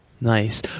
Nice